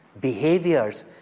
behaviors